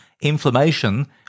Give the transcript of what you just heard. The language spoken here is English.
inflammation